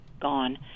gone